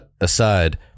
aside